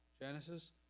Genesis